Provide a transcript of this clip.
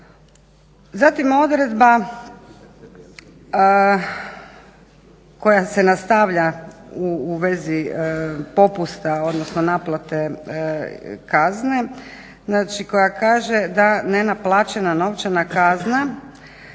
Zatim odredba koja se nastavlja u vezi popusta, odnosno naplate kazne, znači koja kaže da nenaplaćena novčana kazna